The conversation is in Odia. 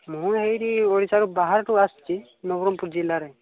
ମୁଁ ଏଇଠି ଓଡ଼ିଶାରୁ ବାହାରକୁ ଆସିଛି ନବରଙ୍ଗପୁର ଜିଲ୍ଲାରେ